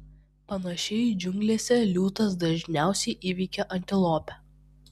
panašiai džiunglėse liūtas dažniausiai įveikia antilopę